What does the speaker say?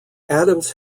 adams